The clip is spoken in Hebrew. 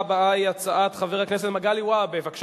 ובכן,